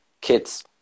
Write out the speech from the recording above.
kids